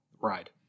ride